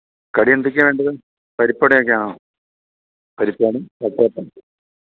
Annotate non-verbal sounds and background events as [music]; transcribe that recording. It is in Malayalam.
കടി എന്തൊക്കെയാണ് വേണ്ടത് പരിപ്പ് വടയെക്കെയാണോ പരിപ്പ് കാണും [unintelligible]